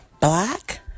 Black